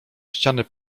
ściany